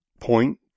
point